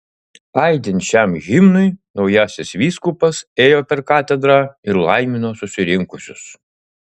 aidint šiam himnui naujasis vyskupas ėjo per katedrą ir laimino susirinkusius